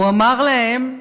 הוא אמר להם: